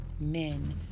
men